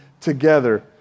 together